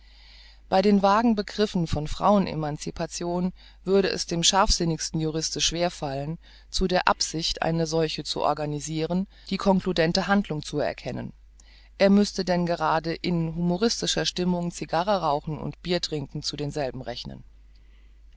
bei den vaguen begriffen von frauen emancipation würde es dem scharfsinnigsten juristen schwer fallen zu der absicht eine solche zu organisiren die konkludenten handlungen zu erdenken er müßte denn grade in humoristischer stimmung cigarrenrauchen und biertrinken zu denselben rechnen